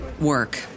work